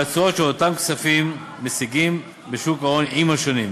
התשואות שאותם כספים משיגים בשוק ההון עם השנים.